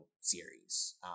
series